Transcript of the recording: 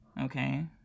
okay